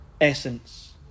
essence